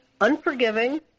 unforgiving